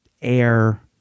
air